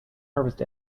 harvest